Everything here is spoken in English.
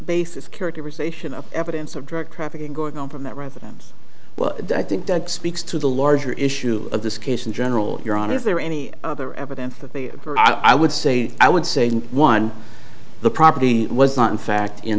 base is characterization of evidence of drug trafficking going on from that residence well i think doug speaks to the larger issue of this case in general you're on is there any other evidence that the i would say i would say one the property was not in fact in